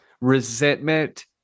resentment